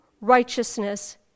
righteousness